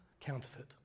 Counterfeit